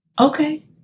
Okay